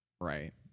Right